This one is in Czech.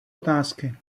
otázky